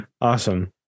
Awesome